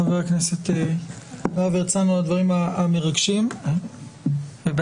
חבר הכנסת להב הרצנו על הדברים המרגשים ובהצלחה.